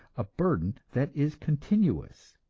a burden that is continuous.